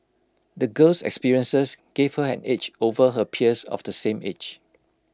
the girl's experiences gave her an edge over her peers of the same age